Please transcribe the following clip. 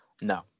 No